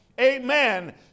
amen